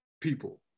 people